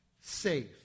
safe